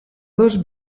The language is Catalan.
dos